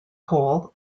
cole